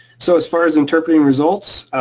so as far as interpreting results,